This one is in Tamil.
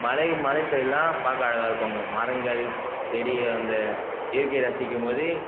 மலை மலை சைட்லாம் பார்க்க அழகாக இருக்கும் அங்கே மரங்கள் செடி அந்த இயற்கையை ரசிக்கும் போது